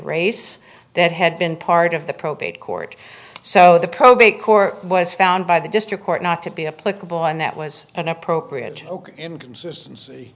race that had been part of the probate court so the probate court was found by the district court not to be a political and that was an appropriate inconsistency